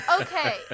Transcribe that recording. okay